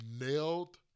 nailed